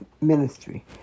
ministry